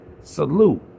Salute